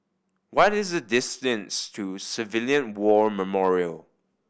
what is the distance to Civilian War Memorial